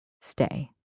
stay